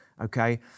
okay